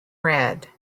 red